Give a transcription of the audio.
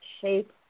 shape